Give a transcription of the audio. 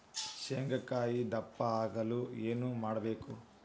ಶೇಂಗಾಕಾಯಿ ದಪ್ಪ ಆಗಲು ಏನು ಮಾಡಬೇಕು?